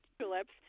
tulips